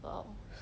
!wow!